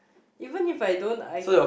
even if I don't I